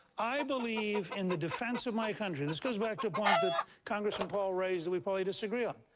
i believe in the defense of my country. this goes back to a point that congressman paul raised that we probably disagree on.